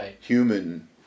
human